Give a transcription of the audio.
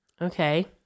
Okay